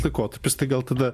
laikotarpis tai gal tada